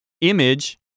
image